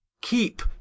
keep